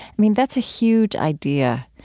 i mean, that's a huge idea.